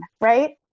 right